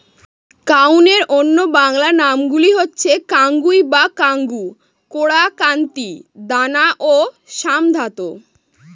কাউনের অন্য বাংলা নামগুলো হচ্ছে কাঙ্গুই বা কাঙ্গু, কোরা, কান্তি, দানা ও শ্যামধাত